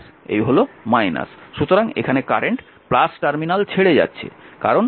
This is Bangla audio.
সুতরাং এখানে কারেন্ট টার্মিনাল ছেড়ে যাচ্ছে